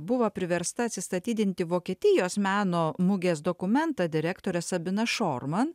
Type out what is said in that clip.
buvo priversta atsistatydinti vokietijos meno mugės dokumenta direktorė sabina šorman